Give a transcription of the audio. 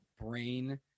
brain